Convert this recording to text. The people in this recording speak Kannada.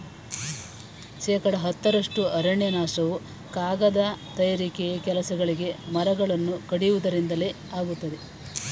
ಶೇಕಡ ಹತ್ತರಷ್ಟು ಅರಣ್ಯನಾಶವು ಕಾಗದ ತಯಾರಿಕೆ ಕೆಲಸಗಳಿಗೆ ಮರಗಳನ್ನು ಕಡಿಯುವುದರಿಂದಲೇ ಆಗುತ್ತಿದೆ